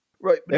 right